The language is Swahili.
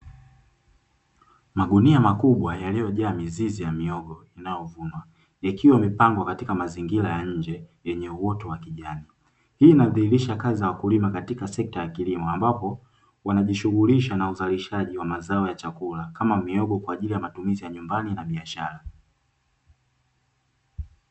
Magunia makubwa yaliyojaa mizizi ya mihogo inayovunwa, yakiwa yamepangwa katika mazingira ya nje yenye uoto wa kijani. Hii inadhihirisha kazi ya wakulima katika sekta ya kilimo ambapo wanajishughulisha na uzalishaji wa mazao ya chakula kama miogo kwa ajili ya matumizi ya nyumbani na biashara.